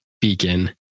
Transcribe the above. beacon